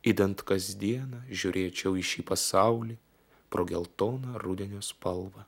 idant kasdieną žiūrėčiau į šį pasaulį pro geltoną rudenio spalvą